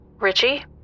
Richie